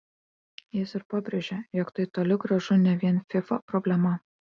jis ir pabrėžė jog tai toli gražu ne vien fifa problema